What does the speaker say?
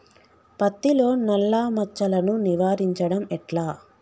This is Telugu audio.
పత్తిలో నల్లా మచ్చలను నివారించడం ఎట్లా?